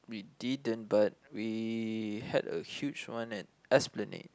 we didn't but we had a huge one at Esplanade